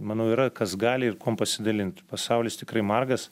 manau yra kas gali ir kuom pasidalint pasaulis tikrai margas